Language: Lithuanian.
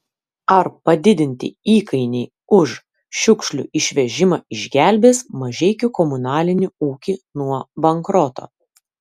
ar padidinti įkainiai už šiukšlių išvežimą išgelbės mažeikių komunalinį ūkį nuo bankroto